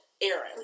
Aaron